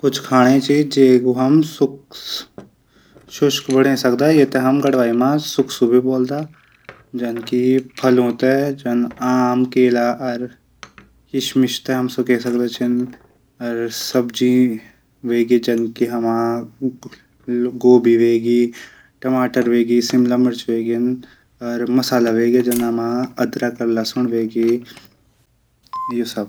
कुछ खाणा चीज शुष्क बणै सकदा ऐ थे हम गढवाली मा सुकसा भी बुलदा। जन हम फलो थै आम केला किशमिश थै हम सुखै सकदा। जन सब्जी वेगे जन गोबी वेगे टमाटर वेगे शिमला मिर्च वेगेन मसाला वेगे जन अदरक लहसुन वेगे